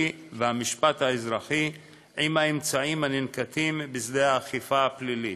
והמשפט האזרחי עם האמצעים הננקטים בשדה האכיפה הפלילית.